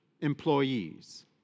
employees